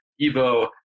Evo